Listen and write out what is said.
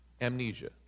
amnesia